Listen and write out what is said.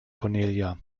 cornelia